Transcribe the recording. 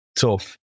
tough